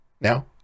Now